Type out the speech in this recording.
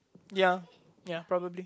ya ya probably